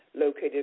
located